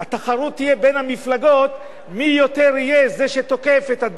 התחרות תהיה בין המפלגות מי יהיה זה שתוקף יותר את הדת,